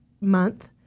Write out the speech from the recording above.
month